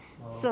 orh